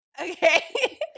Okay